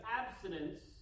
abstinence